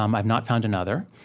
um i've not found another.